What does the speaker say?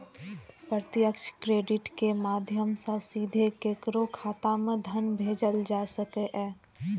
प्रत्यक्ष क्रेडिट के माध्यम सं सीधे केकरो खाता मे धन भेजल जा सकैए